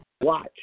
watch